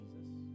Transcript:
Jesus